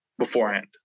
beforehand